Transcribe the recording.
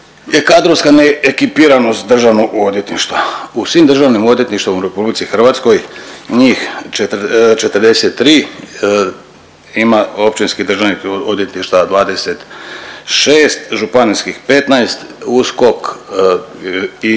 kadrovska neekipiranost državnog odvjetništva. U svim državnim odvjetništvima u RH njih 43 ima općinskih državnih odvjetništava 26, županijskih 15, USKOK i